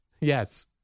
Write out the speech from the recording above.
Yes